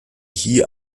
hier